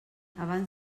abans